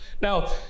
Now